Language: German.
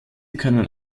können